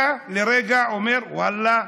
אתה לרגע אומר: ואללה,